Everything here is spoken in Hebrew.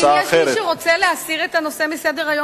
אם יש מי שרוצה להסיר את הנושא מסדר-היום,